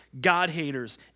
God-haters